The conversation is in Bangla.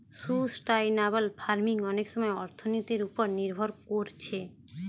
সুস্টাইনাবল ফার্মিং অনেক সময় অর্থনীতির উপর নির্ভর কোরছে